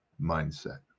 Mindset